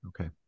Okay